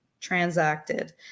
transacted